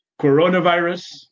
coronavirus